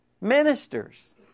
ministers